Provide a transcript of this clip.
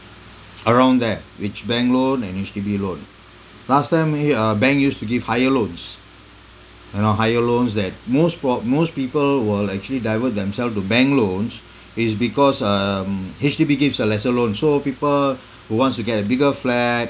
around there which bank loan and H_D_B loan last time here uh bank used to give higher loans you know higher loans that most prob~ most people will actually divert themselves to bank loans is because um H_D_B gives a lesser loan so people who wants to get a bigger flat